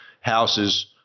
houses